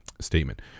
statement